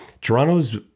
Toronto's